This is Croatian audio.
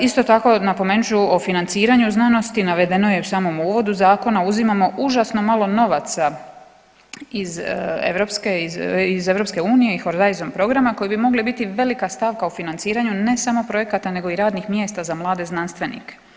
Isto tako napomenut ću o financiranju znanosti, navedeno je u samom uvodu zakona, uzimamo užasno malo novaca iz EU iz Horizon programa koje bi mogle biti velika stavka u financiranju ne samo projekata nego i radnih mjesta za mlade znanstvenike.